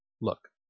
Look